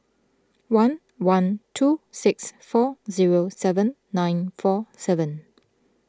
one one two six four zero seven nine four seven